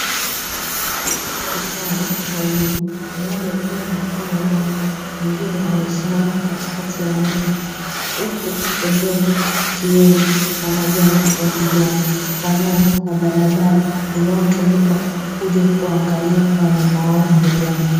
Kifaru wawili mmoja akiwa anakunywa maji, mwingine amesimama katikati ya maji. Huku pembeni kukiwepo na majani ya rangi ya kijani, pamoja na barabara inayotumika kuja kuangalia wanyama hao mbugani